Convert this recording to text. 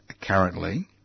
currently